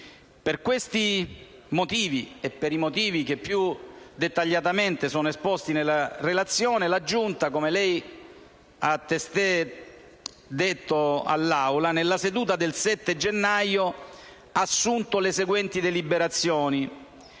Per questi motivi e per i motivi che più dettagliatamente sono esposti nella relazione, la Giunta, come lei ha testé detto all'Assemblea, nella seduta del 7 gennaio 2015, ha assunto le seguenti deliberazioni: